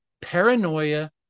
Paranoia